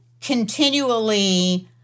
continually